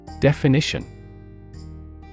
Definition